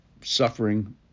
suffering